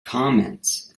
comments